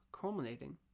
culminating